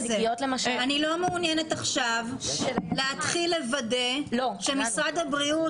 אני לא מעוניינת עכשיו להתחיל לוודא שמשרד הבריאות